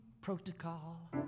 protocol